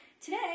Today